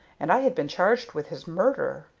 and i had been charged with his murder!